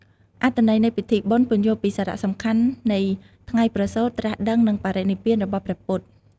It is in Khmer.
អត្ថន័យនៃពិធីបុណ្យ ពន្យល់ពីសារៈសំខាន់នៃថ្ងៃប្រសូត ត្រាស់ដឹង និងបរិនិព្វានរបស់ព្រះពុទ្ធ។